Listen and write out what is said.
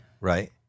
Right